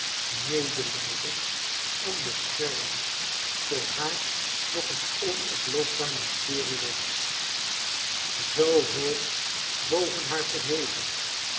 lijden en bescherming voor haar nog een onoplosbaar mysterie was zoo hoog boven haar verheven